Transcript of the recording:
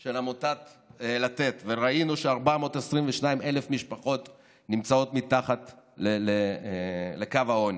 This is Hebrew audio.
של עמותת לתת וראינו ש-422,000 משפחות נמצאות מתחת לקו העוני.